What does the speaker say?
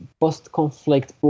post-conflict